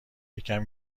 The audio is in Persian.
یکم